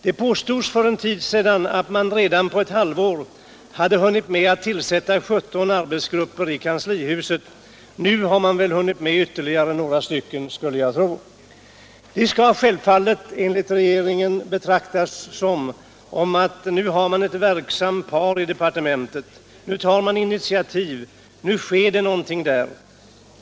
Det påstods för en tid sedan att man redan på ett halvår hade hunnit med att tillsätta 17 arbetsgrupper i kanslihuset. Nu har man väl hunnit att tillsätta ytterligare några. Den uppdelning som skett skall självfallet — enligt regeringen — betraktas som att man nu har ett verksamt par i departementet. Nu tar man initiativ. Nu sker det någonting där.